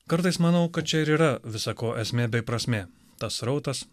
kartais manau kad čia ir yra visa ko esmė bei prasmė tas srautas